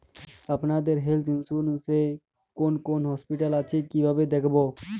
আপনাদের health insurance এ কোন কোন হসপিটাল আছে কিভাবে দেখবো?